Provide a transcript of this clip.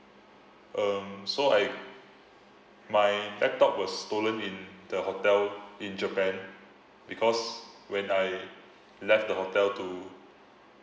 um so I my laptop was stolen in the hotel in japan because when I left the hotel to